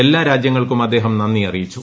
എല്ലാ രാജ്യങ്ങൾക്കും അദ്ദേഹം നന്ദി അറിയിച്ചു